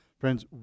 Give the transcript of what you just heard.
Friends